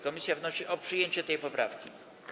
Komisja wnosi o przyjęcie tej poprawki.